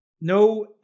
no